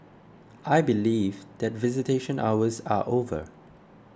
I believe that visitation hours are over